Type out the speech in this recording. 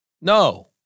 No